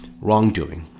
wrongdoing